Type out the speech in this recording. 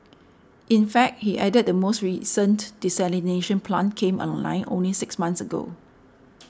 in fact he added the most recent desalination plant came online only six months ago